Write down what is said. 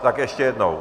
Tak ještě jednou.